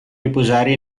riposare